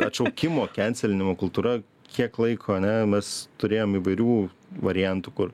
atšaukimo kenselnimo kultūra kiek laiko ane mes turėjom įvairių variantų kur